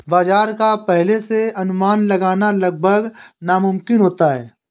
बाजार का पहले से अनुमान लगाना लगभग नामुमकिन होता है